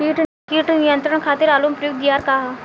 कीट नियंत्रण खातिर आलू में प्रयुक्त दियार का ह?